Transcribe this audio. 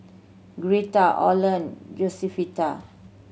Greta Oland Josefita